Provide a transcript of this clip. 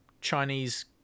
Chinese